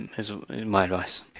and is my advice.